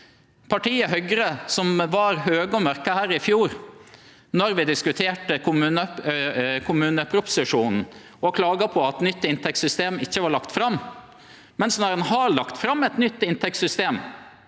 partiet Høgre var ein høg og mørk her i fjor då vi diskuterte kommuneproposisjonen. Då klaga dei på at nytt inntektssystem ikkje var lagt fram, mens når ein har lagt fram eit nytt inntektssystem,